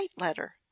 letter